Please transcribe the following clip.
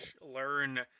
Learn